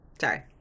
sorry